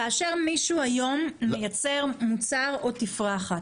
כאשר מישהו היום מייצר מוצר או תפרחת